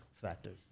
factors